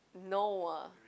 no